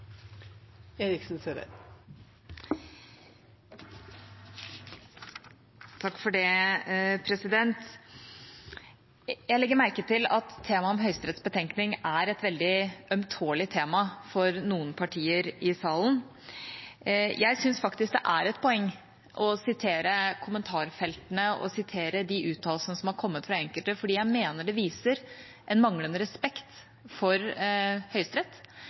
et veldig ømtålig tema for noen partier i salen. Jeg synes faktisk det er et poeng å sitere kommentarfeltene og sitere de uttalelsene som har kommet fra enkelte, for jeg mener det viser en manglende respekt for Høyesterett.